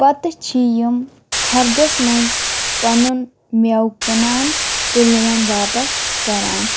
پتہٕ چھِ یِم ہردس منٛز پنُن میٚوٕ کٕنان تہٕ لون واپس کران